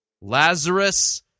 Lazarus